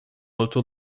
outro